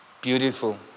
Beautiful